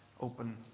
open